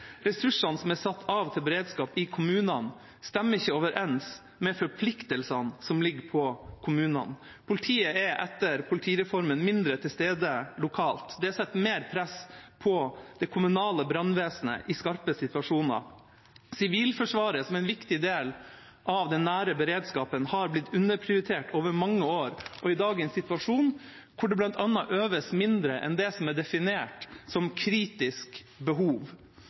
Ressursene som er satt av til beredskap i kommunene, stemmer ikke overens med forpliktelsene som ligger på kommunene. Politiet er etter politireformen mindre til stede lokalt. Det setter mer press på det kommunale brannvesenet i skarpe situasjoner. Sivilforsvaret, som er en viktig del av den nære beredskapen, har blitt underprioritert over mange år, bl.a. øves det i dagens situasjon mindre enn det som er definert som kritisk behov.